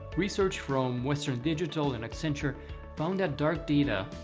tesearch from western digital and accenture found that dark data,